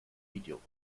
video